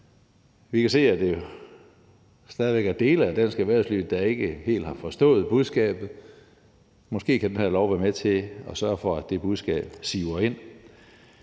Vi kan se, at der stadig væk er dele af dansk erhvervsliv, der ikke helt har forstået budskabet. Måske kan den her lov være med til at sørge for, at det budskab siver ind.